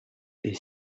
est